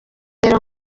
rero